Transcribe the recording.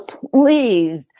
please